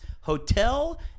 hotel